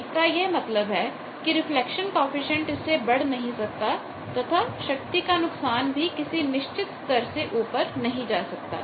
इसका यह मतलब है कि रिफ्लेक्शन कॉएफिशिएंट इससे बढ़ नहीं सकता तथा शक्ति का नुकसान भी किसी निश्चित स्तर से ऊपर नहीं जा सकता